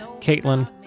Caitlin